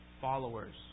followers